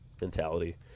mentality